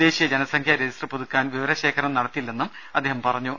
ദേശീയ ജനസംഖ്യാ രജിസ്റ്റർ പുതുക്കാൻ വിവര ശേഖരണം നടത്തില്ലെന്നും അദ്ദേഹം വ്യക്തമാക്കി